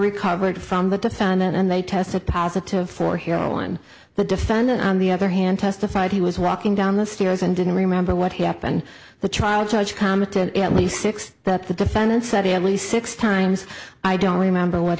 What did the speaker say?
recovered from but the found and they tested positive for here on the defendant on the other hand testified he was walking down the stairs and didn't remember what happened the trial judge commented at least six that the defendant study at least six times i don't remember what